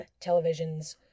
televisions